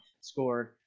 scored